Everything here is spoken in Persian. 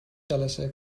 جلسه